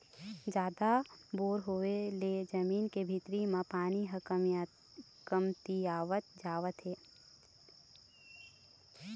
जादा बोर होय ले जमीन के भीतरी म पानी ह कमतियावत जावत हे